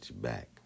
back